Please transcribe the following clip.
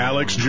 Alex